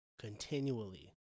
continually